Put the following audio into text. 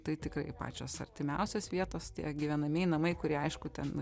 tai tikrai pačios artimiausios vietos tie gyvenamieji namai kurie aišku ten